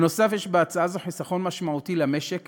יש בהצעה זו בנוסף חיסכון משמעותי למשק